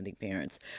parents